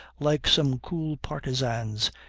like some cool partisans,